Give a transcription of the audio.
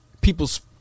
people's